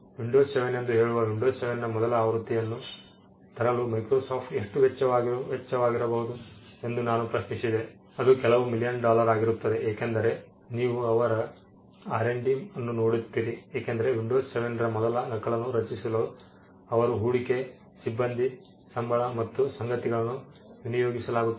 Windows 7 ಎಂದು ಹೇಳುವ Windows 7 ನ ಮೊದಲ ಅವ್ರತಿಯನ್ನು ತರಲು ಮೈಕ್ರೋಸಾಫ್ಟ್ಗೆ ಎಷ್ಟು ವೆಚ್ಚವಾಗುತ್ತದೆ ಎಂದು ನಾನು ಪ್ರಶ್ನಿಸಿದೆ ಅದು ಕೆಲವು ಮಿಲಿಯನ್ ಡಾಲರ್ ಆಗಿರುತ್ತದೆ ಏಕೆಂದರೆ ನೀವು ಅವರ R D ಅನ್ನು ನೋಡುತ್ತೀರಿ ಏಕೆಂದರೆ ವಿಂಡೋಸ್ 7 ರ ಮೊದಲ ನಕಲನ್ನು ರಚಿಸಲು ಅವರ ಹೂಡಿಕೆ ಸಿಬ್ಬಂದಿ ಸಂಬಳ ಮತ್ತು ಸಂಗತಿಗಳನ್ನು ವಿನಿಯೋಗಿಸಲಾಗುತ್ತದೆ